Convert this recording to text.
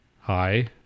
Hi